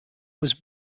was